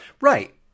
Right